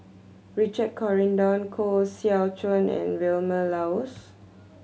Richard Corridon Koh Seow Chuan and Vilma Laus